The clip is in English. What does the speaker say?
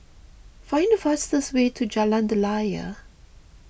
find the fastest way to Jalan Daliah